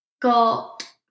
got